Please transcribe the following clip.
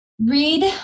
Read